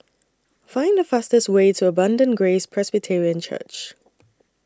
Find The fastest Way to Abundant Grace Presbyterian Church